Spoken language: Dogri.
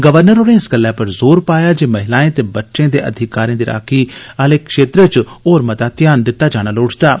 गवर्नर होरें इस गल्लै पर जोर पाया जे महिलाएं ते बच्चें दे अधिकारें दी राक्खी आहले खेत्तर च होर मता ध्यान दित्ता जाना लोड़चदा ऐ